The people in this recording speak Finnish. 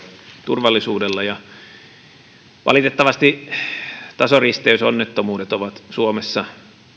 turvallisuudella valitettavasti tasoristeysonnettomuudet ovat suomessa